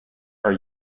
are